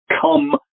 come